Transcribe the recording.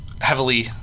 heavily